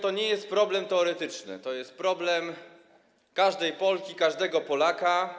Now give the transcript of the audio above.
To nie jest problem teoretyczny, to jest problem każdej Polki, każdego Polaka.